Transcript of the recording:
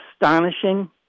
astonishing